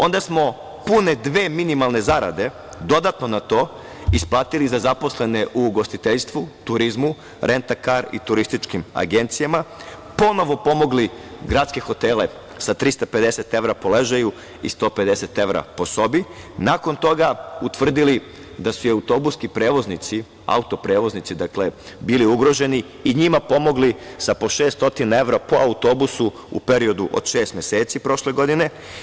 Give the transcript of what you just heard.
Onda smo pune dve minimalne zarade dodatno na to isplatili za zaposlene u ugostiteljstvu, turizmu, rentakar i turističkim agencijama, ponovo pomogli gradske hotele sa 350 evra po ležaju i 150 evra po sobi, nakon toga utvrdili da su i autobuski prevoznici auto-prevoznici, dakle, bili ugroženi i njima pomogli sa po 600 evra po autobusu u periodu od šest meseci prošle godine.